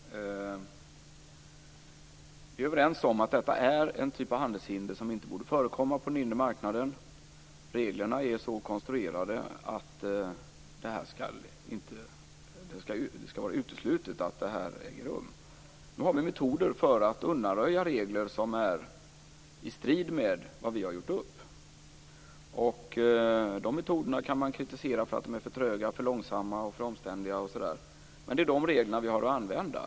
Fru talman! Vi är överens om att detta är en typ av handelshinder som inte borde förekomma på den inre marknaden. Reglerna är så konstruerade att det skall vara uteslutet att detta äger rum. Nu finns det metoder för att undanröja regler som är i strid med vad vi har gjort upp. De metoderna kan man kritisera för att vara för tröga, för långsamma, för omständliga osv., men det är dem vi har att använda.